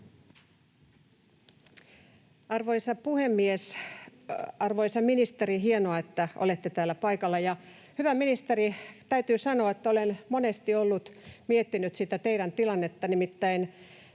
Arvoisa puhemies! Arvoisa ministeri, hienoa, että olette täällä paikalla. Hyvä ministeri, täytyy sanoa, että olen monesti miettinyt teidän tilannettanne. Nimittäin